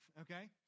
okay